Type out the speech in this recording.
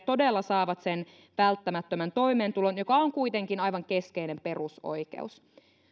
todella saavat sen välttämättömän toimeentulon joka on kuitenkin aivan keskeinen perusoikeus